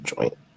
joint